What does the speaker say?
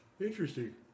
Interesting